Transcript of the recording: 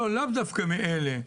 לאו דווקא מאלה.